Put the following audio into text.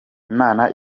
imana